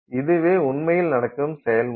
இதுவே உண்மையில் நடக்கும் செயல்முறை